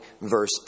verse